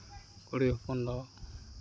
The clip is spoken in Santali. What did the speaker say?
ᱠᱩᱲᱤ ᱦᱚᱯᱚᱱ ᱫᱚ